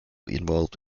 involved